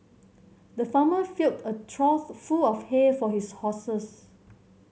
the farmer filled a trough full of hay for his horses